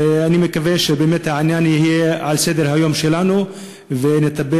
ואני מקווה שהעניין יהיה על סדר-היום שלנו ונטפל